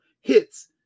hits